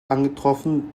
angetroffen